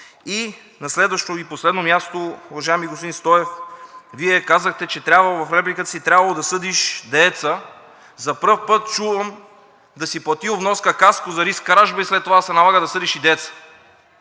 И на следващо и последно място, уважаеми господин Стоев, Вие казахте в репликата си, че трябвало да съдиш дееца. За пръв път чувам да си платил вноска „Каско“ за риск „Кражба“ и след това да се налага да съдиш и дееца.